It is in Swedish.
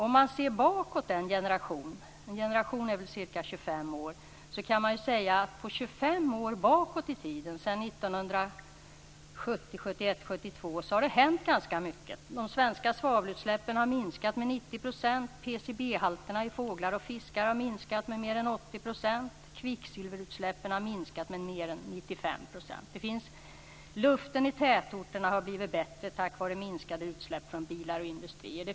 Om man ser bakåt en generation - en generation är väl ca 25 år - kan man säga att det har hänt ganska mycket sedan 1970, 1971, 1972. De svenska svavelutsläppen har minskat med 90 %. PCB-halterna i fåglar och fiskar har minskat med mer än 80 %. Kvicksilverutsläppen har minskat med mer än 95 %. Luften i tätorterna har blivit bättre tack vare minskade utsläpp från bilar och industrier.